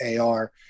AR